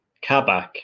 Kabak